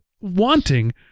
wanting